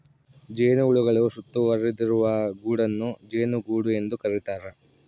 ಜೇನುಹುಳುಗಳು ಸುತ್ತುವರಿದಿರುವ ಗೂಡನ್ನು ಜೇನುಗೂಡು ಎಂದು ಕರೀತಾರ